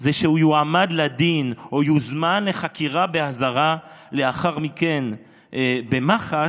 זה שהוא יועמד לדין או יוזמן לחקירה באזהרה לאחר מכן במח"ש.